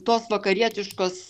tos vakarietiškos